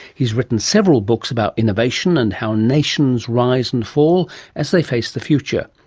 he's written several books about innovation and how nations rise and fall as they face the future,